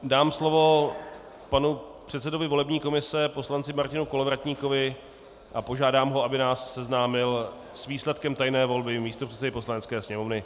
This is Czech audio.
Dám slovo panu předsedovi volební komise poslanci Martinu Kolovratníkovi a požádám ho, aby nás seznámil s výsledkem tajné volby místopředsedy Poslanecké sněmovny.